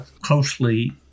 closely